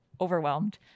overwhelmed